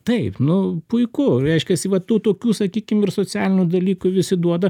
taip nu puiku reiškiasi va tų tokių sakykim ir socialinių dalykų visi duoda